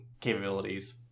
capabilities